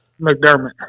McDermott